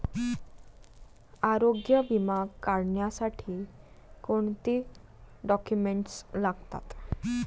आरोग्य विमा काढण्यासाठी कोणते डॉक्युमेंट्स लागतात?